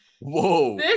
Whoa